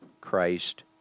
Christ